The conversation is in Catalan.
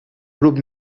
grup